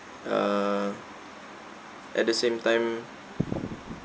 uh at the same time